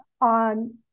on